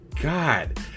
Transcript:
God